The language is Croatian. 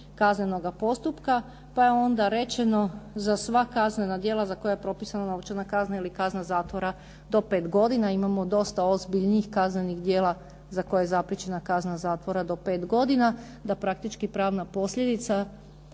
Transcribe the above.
kaznenoga postupka, pa je onda rečeno za sva kaznena djela za koja je propisana novčana kazna ili kazna zatvora do pet godina. Imamo dosta ozbiljnijih kaznenih djela za koje je zapriječena kazna zatvora do pet godina, da praktički pravna posljedica